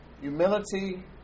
Humility